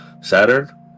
Saturn